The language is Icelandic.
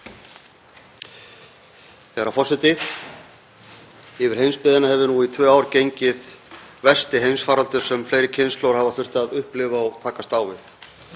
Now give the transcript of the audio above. Herra forseti. Yfir heimsbyggðina hefur nú í tvö ár gengið versti heimsfaraldur sem fleiri kynslóðir hafa þurft að upplifa og takast á við.